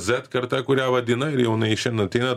zet karta kurią vadina ir jau inai šian ateina